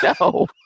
No